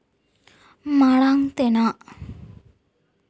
ᱢᱟᱲᱟᱝ ᱛᱮᱱᱟᱜ